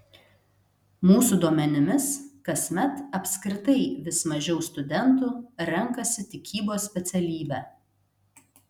mūsų duomenimis kasmet apskritai vis mažiau studentų renkasi tikybos specialybę